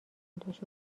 داشت